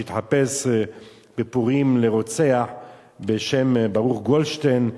שהתחפש בפורים לרוצח בשם ברוך גולדשטיין,